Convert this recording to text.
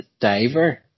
diver